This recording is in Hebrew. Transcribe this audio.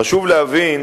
חשוב להבין